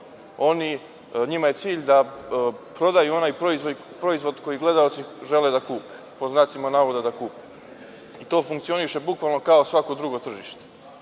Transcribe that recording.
Njima je cilj da prodaju onaj proizvod koji gledaoci žele da kupe, pod znacima navoda da kupe. To funkcioniše bukvalno kao svako drugo tržište.